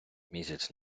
місяць